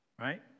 Right